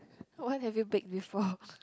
what have you baked before